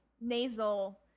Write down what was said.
nasal